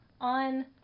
on